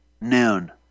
noon